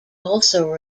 also